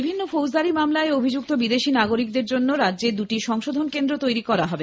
বিভিন্ন ফৌজদারি মামলায় অভিযুক্ত বিদেশী নাগরিকদের জন্য রাজ্যে দুটি সংশোধন কেন্দ্র তৈরী করা হবে